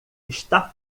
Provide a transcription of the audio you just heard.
está